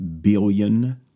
billion